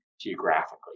geographically